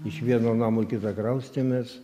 iš vieno namo į kitą kraustėmės